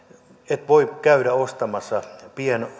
et voi käydä ostamassa